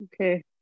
Okay